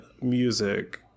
music